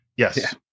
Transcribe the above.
Yes